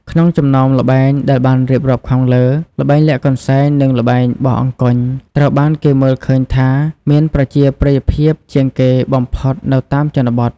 ក្នុងចំណោមល្បែងដែលបានរៀបរាប់ខាងលើ ល្បែងលាក់កន្សែង និង ល្បែងបោះអង្គញ់ ត្រូវបានគេមើលឃើញថាមានប្រជាប្រិយភាពជាងគេបំផុតនៅតាមជនបទ ។